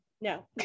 no